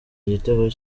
igitego